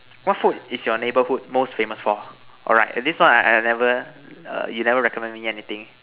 what food is your neighborhood most famous for alright this one I I never err you never recommend me anything